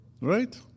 right